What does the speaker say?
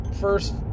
first